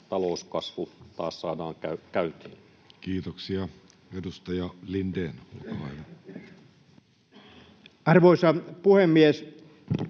talouskasvu taas saadaan käyntiin. Kiitoksia. — Edustaja Lindén, olkaa hyvä. Arvoisa puhemies!